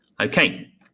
Okay